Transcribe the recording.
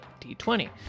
D20